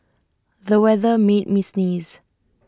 the weather made me sneeze